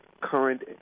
current